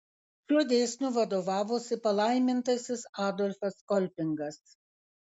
šiuo dėsniu vadovavosi palaimintasis adolfas kolpingas